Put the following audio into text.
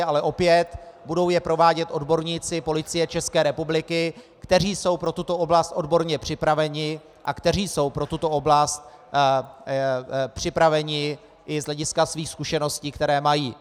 Ale opět, budou je provádět odborníci Policie České republiky, kteří jsou pro tuto oblast odborně připraveni a kteří jsou pro tuto oblast připraveni i z hlediska svých zkušeností, které mají.